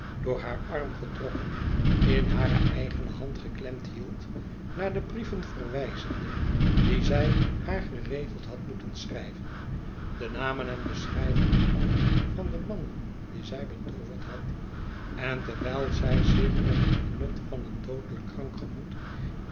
door haar arm getrokken in hare eigene hand geklemd hield naar de brieven verwijzende die zij haar geregeld had moeten schrijven de namen en beschrijvingen af vande mannen die zij betooverd had en terwijl zij zich met het genot van een doodelijk krank gemoed